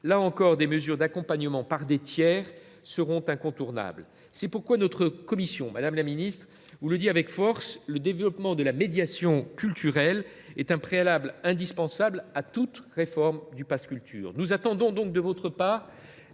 Là encore, des mesures d’accompagnement par les tiers seront incontournables. C’est pourquoi les membres de notre commission vous le disent avec force : le développement de la médiation culturelle est un préalable indispensable à toute réforme du pass Culture. Nous attendons donc, de votre part,